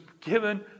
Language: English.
given